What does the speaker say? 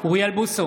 אוריאל בוסו,